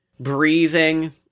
breathing